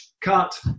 cut